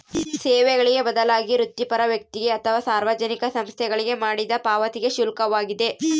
ಸೇವೆಗಳಿಗೆ ಬದಲಾಗಿ ವೃತ್ತಿಪರ ವ್ಯಕ್ತಿಗೆ ಅಥವಾ ಸಾರ್ವಜನಿಕ ಸಂಸ್ಥೆಗಳಿಗೆ ಮಾಡಿದ ಪಾವತಿಗೆ ಶುಲ್ಕವಾಗಿದೆ